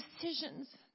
decisions